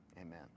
amen